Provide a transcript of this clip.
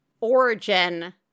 origin